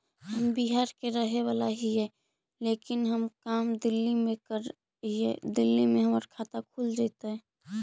हम बिहार के रहेवाला हिय लेकिन हम काम दिल्ली में कर हिय, दिल्ली में हमर खाता खुल जैतै?